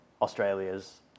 Australia's